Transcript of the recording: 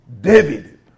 David